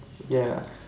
ya